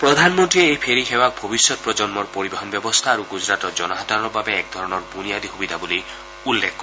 প্ৰধানমন্ত্ৰীয়ে এই ফেৰী সেৱা ভৱিষ্যৎ প্ৰজন্মৰ পৰিবহন ব্যৱস্থা আৰু গুজৰাটৰ জনসাধাৰণৰ বাবে একধৰণৰ বুনিয়াদী সুবিধা বুলি উল্লেখ কৰে